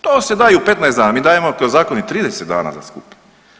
To se da i u 15 dana, mi dajemo kroz Zakon i 30 dana da skupe.